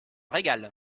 régal